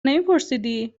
نمیپرسیدی